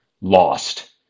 lost